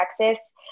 Texas